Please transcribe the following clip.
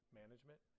management